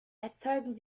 erzeugen